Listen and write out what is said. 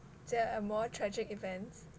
there are more tragic events